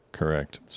Correct